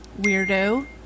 Weirdo